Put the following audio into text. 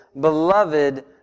beloved